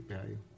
value